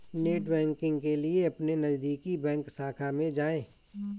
net banking के लिए अपने नजदीकी बैंक शाखा में जाए